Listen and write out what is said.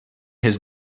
his